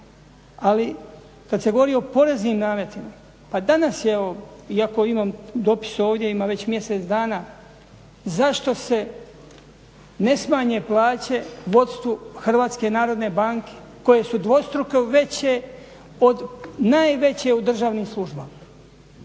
Ali kad se govori o poreznim nametima, pa danas je iako imam dopis ovdje, ima već mjesec dana zašto se ne smanje plaće vodstvu HNB-a koje su dvostruko veće od najveće u državnim službama,